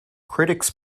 critics